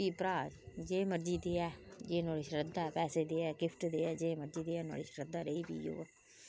एह् भ्रा ऐ जो मर्जी देऐ जो नुआढ़ी श्रदा ऐ पैसे देऐ गिफ्ट देऐ जो नुआढ़ी मर्जी देऐ नुआढ़ी श्रदा रेही फ्ही ओह्